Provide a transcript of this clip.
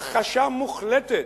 הכחשה מוחלטת,